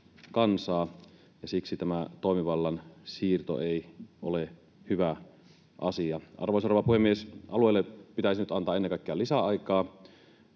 siksi tämä toimivallan siirto ei ole hyvä asia. Arvoisa rouva puhemies! Alueille pitäisi nyt antaa ennen kaikkea lisäaikaa